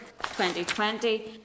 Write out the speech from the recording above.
2020